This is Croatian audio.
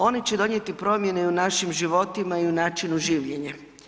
Oni će donijeti promjene i u našim životima i u načinu življenja.